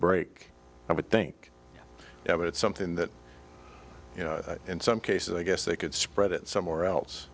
break i would think that it's something that you know in some cases i guess they could spread it somewhere else